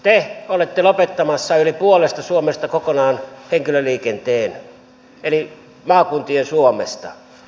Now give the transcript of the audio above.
te olette lopettamassa yli puolesta suomesta kokonaan henkilöliikenteen eli maakuntien suomesta